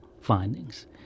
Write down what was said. findings